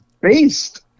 based